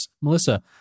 Melissa